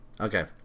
Okay